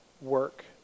work